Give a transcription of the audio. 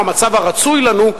או המצב הרצוי לנו,